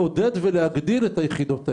לעודד ולהגדיל את היחידות האמורות,